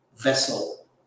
vessel